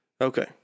Okay